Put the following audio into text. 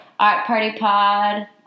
Artpartypod